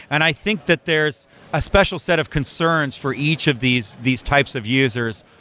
and i think that there's a special set of concerns for each of these these types of users.